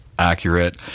accurate